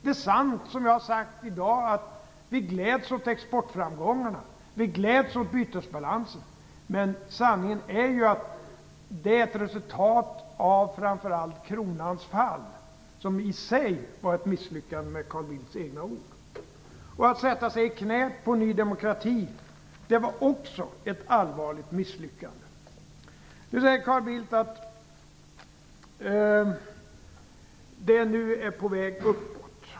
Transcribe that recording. Det är sant, som jag har sagt i dag, att vi gläds åt exportframgångarna och åt förbättringen av bytesbalansen, men sanningen är den att detta är ett resultat av framför allt kronans fall, som i sig, med Carl Bildts egna ord, var ett misslyckande. Också att sätta sig i knät på Ny demokrati var ett allvarligt misslyckande. Nu säger Carl Bildt att det är på väg uppåt.